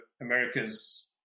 America's